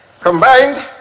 Combined